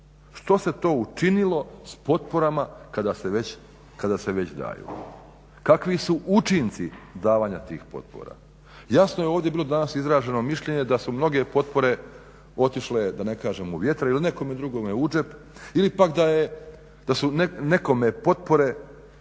Što se to učinilo s potporama kada se već daju, kakvi su učinci davanja tih potpora. Jasno je ovdje bilo danas izraženo mišljenje da su mnoge potpore otišle da ne kažem u vjetar ili nekome drugome u džep ili da je, da su nekome potpore